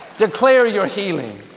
declare your healing,